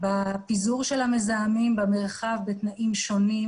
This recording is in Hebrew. בפיזור של המזהמים במרחב בתנאים שונים,